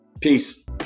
Peace